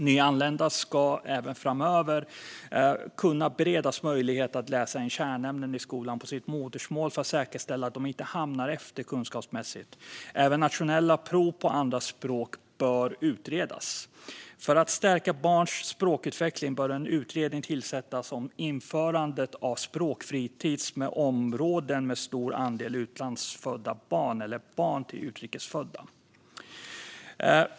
Nyanlända elever ska även framöver kunna beredas möjlighet att läsa in kärnämnen i skolan på sitt modersmål för att säkerställa att de inte hamnar efter kunskapsmässigt. Även nationella prov på andra språk bör utredas. För att stärka barnens språkutveckling bör en utredning tillsättas om införandet av språkfritis i områden med stor andel utrikesfödda barn eller barn till utrikesfödda.